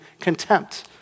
contempt